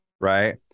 right